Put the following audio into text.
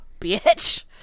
bitch